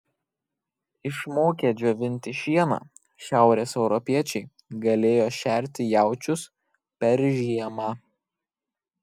išmokę džiovinti šieną šiaurės europiečiai galėjo šerti jaučius per žiemą